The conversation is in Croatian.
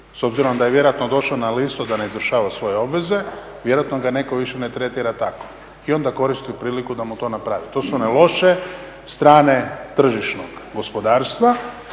S obzirom da je vjerojatno došao na listu da ne izvršava svoje obveze vjerojatno ga netko više ne tretira tako i onda koristi priliku da mu to napravi. To su one loše strane tržišnog gospodarstva